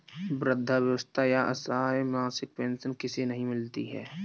वृद्धावस्था या असहाय मासिक पेंशन किसे नहीं मिलती है?